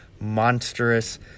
monstrous